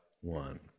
one